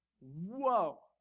Whoa